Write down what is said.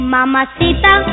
Mamacita